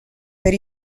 per